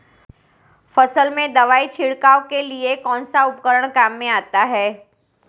फसल में दवाई छिड़काव के लिए कौनसा उपकरण काम में आता है?